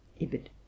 Ibid